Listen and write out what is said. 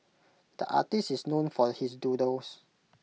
the artist is known for his doodles